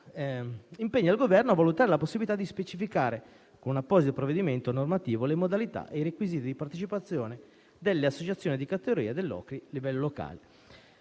impegna il Governo a valutare la possibilità di specificare, con apposito provvedimento normativo, le modalità e i requisiti di partecipazione delle associazioni di categoria del livello locale.